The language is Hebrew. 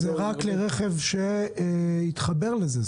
זה רק לכלי רכב שיתחבר לזה.